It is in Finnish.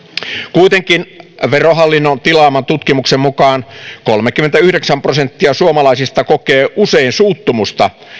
kuitenkin verohallinnon tilaaman tutkimuksen mukaan kolmekymmentäyhdeksän prosenttia suomalaisista kokee usein suuttumusta